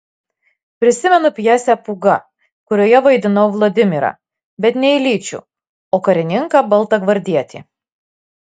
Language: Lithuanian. prisimenu pjesę pūga kurioje vaidinau vladimirą bet ne iljičių o karininką baltagvardietį